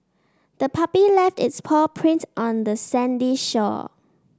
the puppy left its paw prints on the sandy shore